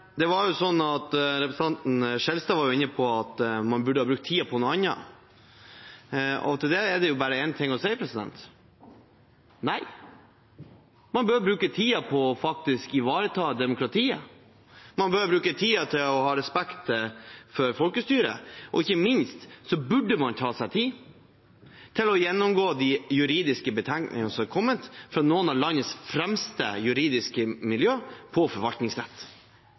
si: Nei, man bør bruke tiden på å ivareta demokratiet, man bør bruke tiden til å ha respekt for folkestyret, og ikke minst burde man ta seg tid til å gjennomgå de juridiske betenkningene som er kommet fra noen av landets fremste juridiske miljø på forvaltningsrett.